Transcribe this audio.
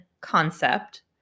concept